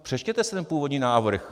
Přečtěte si původní návrh.